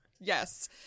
Yes